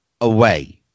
away